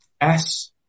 S-